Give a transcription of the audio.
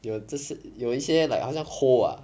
有这是有一些 like 好像 hole ah